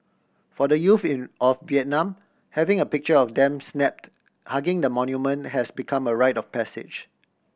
for the youth in of Vietnam having a picture of them snapped hugging the monument has become a rite of passage